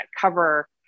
cover